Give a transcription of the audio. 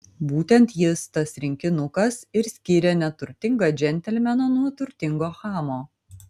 būtent jis tas rinkinukas ir skiria neturtingą džentelmeną nuo turtingo chamo